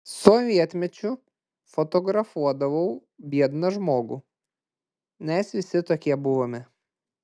sovietmečiu fotografuodavau biedną žmogų mes visi tokie buvome